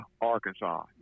Arkansas